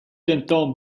denton